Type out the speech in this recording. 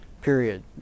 period